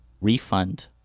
refund